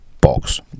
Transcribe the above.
box